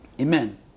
amen